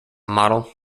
model